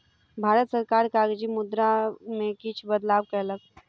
भारत सरकार कागजी मुद्रा में किछ बदलाव कयलक